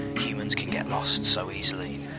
humans can get lost so easily,